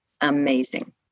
amazing